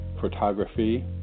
photography